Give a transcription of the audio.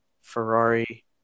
Ferrari